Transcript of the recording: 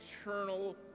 eternal